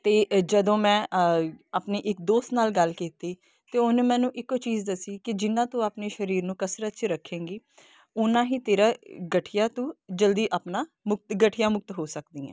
ਅਤੇ ਜਦੋਂ ਮੈਂ ਆਪਣੇ ਇੱਕ ਦੋਸਤ ਨਾਲ ਗੱਲ ਕੀਤੀ ਤਾਂ ਉਹਨੇ ਮੈਨੂੰ ਇੱਕੋ ਚੀਜ਼ ਦੱਸੀ ਕਿ ਜਿੰਨਾਂ ਤੂੰ ਆਪਣੇ ਸਰੀਰ ਨੂੰ ਕਸਰਤ 'ਚ ਰੱਖੇਗੀ ਓਨਾ ਹੀ ਤੇਰਾ ਗਠੀਆ ਤੋਂ ਜਲਦੀ ਆਪਣਾ ਮੁਕਤ ਗਠੀਆ ਮੁਕਤ ਹੋ ਸਕਦੀ ਹੈ